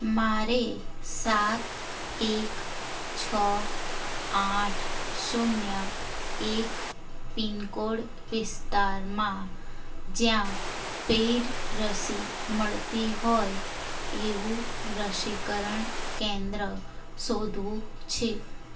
મારે સાત એક છ આઠ શૂન્ય એક પિનકોડ વિસ્તારમાં જ્યાં પેઈડ રસી મળતી હોય એવું રસીકરણ કેન્દ્ર શોધવું છે